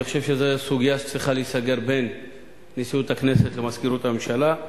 אני חושב שזאת סוגיה שצריכה להיסגר בין נשיאות הכנסת למזכירות הממשלה.